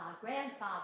grandfather